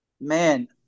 Man